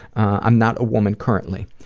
i'm not a woman currently.